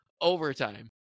Overtime